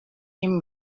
him